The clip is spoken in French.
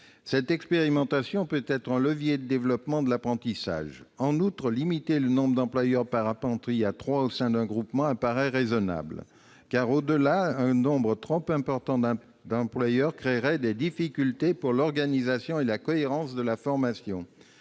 Cette expérimentation peut être un levier de développement de l'apprentissage. En outre, limiter le nombre d'employeurs par apprenti à trois au sein d'un groupement paraît raisonnable, car un nombre trop important d'employeurs créerait des difficultés dans l'organisation de l'apprentissage et la cohérence de la formation.